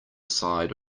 side